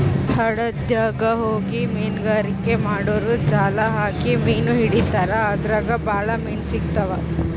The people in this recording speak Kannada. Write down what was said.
ಹಡಗ್ದಾಗ್ ಹೋಗಿ ಮೀನ್ಗಾರಿಕೆ ಮಾಡೂರು ಜಾಲ್ ಹಾಕಿ ಮೀನ್ ಹಿಡಿತಾರ್ ಅದ್ರಾಗ್ ಭಾಳ್ ಮೀನ್ ಸಿಗ್ತಾವ್